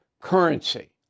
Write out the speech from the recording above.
currency